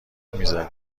میذاری